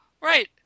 Right